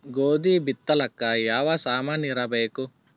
ಗೋಧಿ ಬಿತ್ತಲಾಕ ಯಾವ ಸಾಮಾನಿರಬೇಕು?